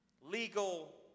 legal